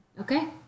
Okay